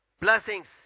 blessings